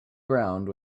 ground